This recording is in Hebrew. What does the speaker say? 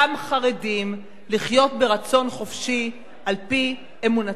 גם חרדים, לחיות ברצון חופשי על-פי אמונתם.